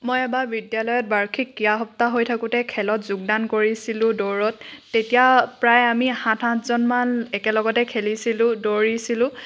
মই এবাৰ বিদ্যালয়ত বাৰ্ষিক ক্ৰিয়া সপ্তাহ হৈ থাকোতে খেলত যোগদান কৰিছিলো দৌৰত তেতিয়া প্ৰায় আমি সাত আঠজনমান একেলগতে খেলিছিলোঁ দৌৰিছিলোঁ